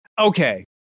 okay